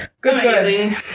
Good